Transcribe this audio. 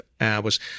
hours